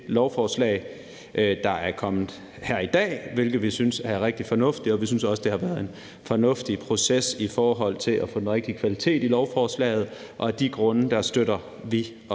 lovforslag, der er kommet her i dag, hvilket vi synes er rigtig fornuftigt, og vi synes også, det har været en fornuftig proces i forhold til at få den rigtige kvalitet i lovforslaget. Af de grunde støtter vi op